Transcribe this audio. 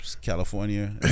California